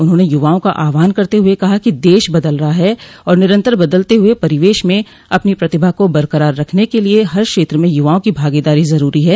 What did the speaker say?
उन्होंने युवाओं का आहवान करते हुए कहा कि देश बदल रहा है और निरन्तर बदलते हुए परिवेश में अपनी प्रतिभा को बरकरार रखने के लिये हर क्षेत्र में युवाओं की भागीदारी जरूरी है